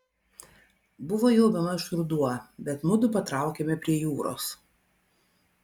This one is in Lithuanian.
buvo jau bemaž ruduo bet mudu patraukėme prie jūros